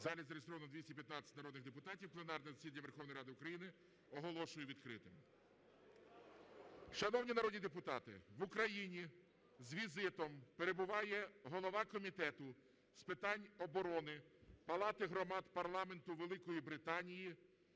залі зареєстровано 215 народних депутатів. Пленарне засідання Верховної Ради України оголошую відкритим. Шановні народні депутати, в Україні з візитом перебуває голова Комітету з питань оборони Палати громад парламенту Великої Британії